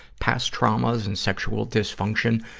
past traumas and sexual dysfunction,